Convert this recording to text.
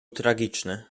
tragiczny